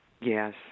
Yes